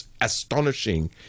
astonishing